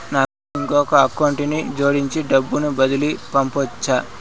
నాకు ఇంకొక అకౌంట్ ని జోడించి డబ్బును బదిలీ పంపొచ్చా?